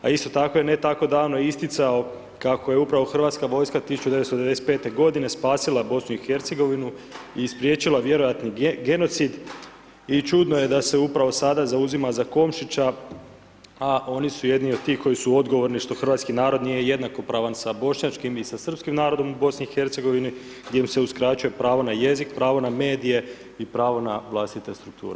A isto tako je ne tako davno isticao kako je upravo HV 1995. spasila BiH i spriječila vjerojatni genocid i čudno je da se upravo sada zauzima za Komšića, a oni su jedni od tih koji su odgovorni što hrvatski narod nije jednakopravan sa bošnjačkim i sa srpskim narodom u BiH, gdje im se uskraćuje pravo na jezik, pravo na medije i pravo na vlastite strukture.